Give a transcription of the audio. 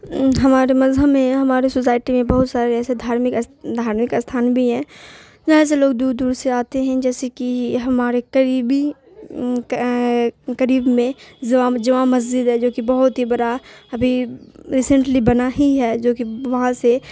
ہمارے مذہب میں ہمارے سوسائٹی میں بہت سارے ایسے دھارمک دھارمک استھان بھی ہیں جہاں سے لوگ دور دور سے آتے ہیں جیسے کہ ہمارے قریبی قریب میں جامع مسجد ہے جو کہ بہت ہی بڑا ابھی ریسینٹلی بنا ہی ہے جو کہ وہاں سے